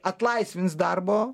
atlaisvins darbo